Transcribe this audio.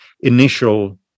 initial